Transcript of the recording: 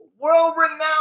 world-renowned